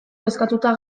kezkatuta